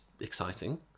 exciting